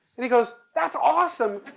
and he goes, that's awesome.